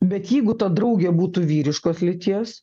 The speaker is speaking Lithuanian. bet jeigu ta draugė būtų vyriškos lyties